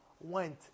went